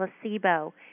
placebo